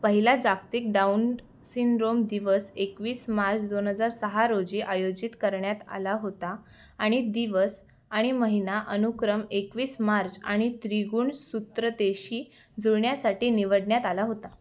पहिला जागतिक Down syndrome दिवस एकवीस मार्च दोन हजार सहा रोजी आयोजित करण्यात आला होता आणि दिवस आणि महिना अनुक्रम एकवीस मार्च आणि त्रिगुणसूत्रतेशी जुळण्यासाठी निवडण्यात आला होता